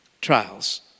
trials